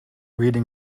reading